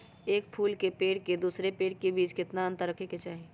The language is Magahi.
एक फुल के पेड़ के दूसरे पेड़ के बीज केतना अंतर रखके चाहि?